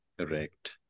Correct